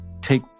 take